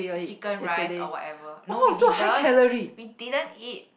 Chicken Rice or whatever no we didn't we didn't eat